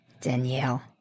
Danielle